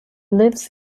lives